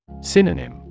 Synonym